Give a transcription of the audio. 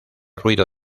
ruido